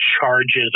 charges